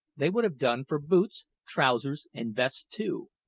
they would have done for boots, trousers, and vest too.